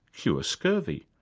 cure scurvy,